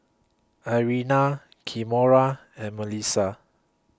Irena Kimora and Mellisa